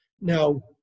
Now